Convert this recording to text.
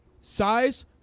size